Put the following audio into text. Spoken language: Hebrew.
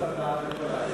חובת השאלת ספרי לימוד),